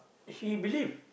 he believe